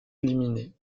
éliminé